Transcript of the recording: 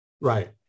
Right